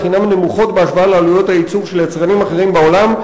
הינן נמוכות בהשוואה לעלויות הייצור של יצרנים אחרים בעולם,